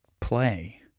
play